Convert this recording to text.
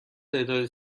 تعدادی